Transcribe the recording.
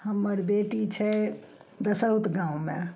हम्मर बेटी छै दसौत गाँवमे